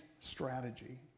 strategy